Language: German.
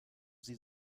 sie